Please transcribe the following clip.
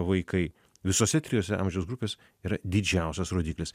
vaikai visose trijose amžiaus grupėse yra didžiausias rodiklis